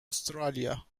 australia